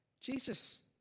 Jesus